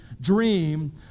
dream